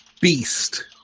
beast